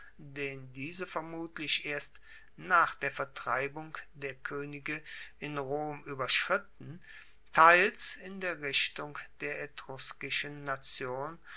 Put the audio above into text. den diese vermutlich erst nach der vertreibung der koenige in rom ueberschritten teils in der richtung der etruskischen nation